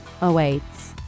awaits